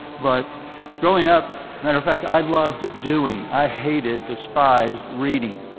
but growing up, matter of fact, i loved doing. i hated, despised reading.